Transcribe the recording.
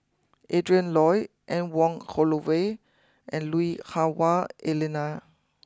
Adrin Loi Anne Wong Holloway and Lui Hah Wah Elena